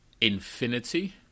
infinity